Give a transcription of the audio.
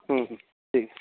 হুম হুম ঠিক আছে